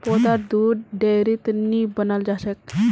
पौधार दुध डेयरीत नी बनाल जाछेक